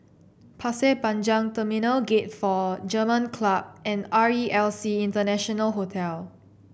Pasir Panjang Terminal Gate Four German Club and R E L C International Hotel